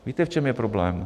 Víte, v čem je problém?